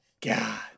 God